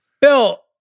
Bill